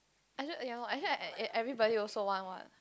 I don't ya loh actually everybody also want what